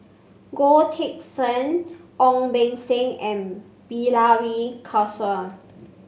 Goh Teck Sian Ong Beng Seng and Bilahari Kausikan